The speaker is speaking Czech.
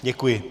Děkuji.